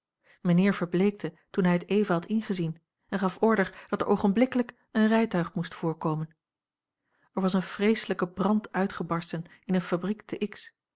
mijnheer verbleekte toen hij het even had ingezien en gaf order dat er oogenblikkelijk een rijtuig moest voorkomen er was een vreeslijke brand uitgebarsten in eene fabriek te